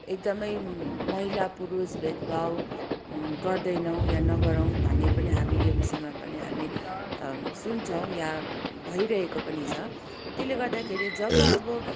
एकदमै महिला पुरुष भेदभाव गर्दैनौँ या नगरौँ भन्ने पनि हामी यो विषयमा पनि हामी सुन्छौँ या भइरहेको पनि छ त्यसले गर्दाखेरि जब अब